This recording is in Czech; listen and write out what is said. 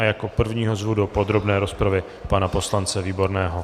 Jako prvního zvu do podrobné rozpravy pana poslance Výborného.